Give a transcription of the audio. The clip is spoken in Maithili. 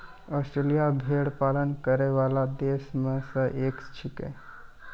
आस्ट्रेलिया भेड़ पालन करै वाला देश म सें एक छिकै